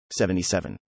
77